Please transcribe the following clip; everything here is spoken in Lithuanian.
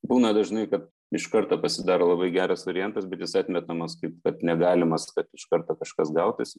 būna dažnai kad iš karto pasidaro labai geras variantas bet jis atmetamas kaip kad negalimas kad iš karto kažkas gautųsi